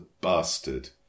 bastard